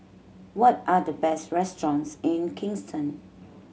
what are the best restaurants in Kingston